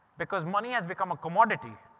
because money has become a commodity.